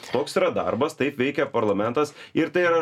toks yra darbas taip veikia parlamentas ir tai yra